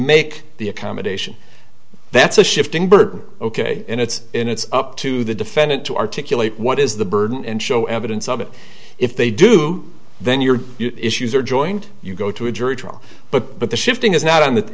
make the accommodation that's a shifting burden ok and it's in it's up to the defendant to articulate what is the burden and show evidence of it if they do then your issues are joined you go to a jury trial but the shifting is not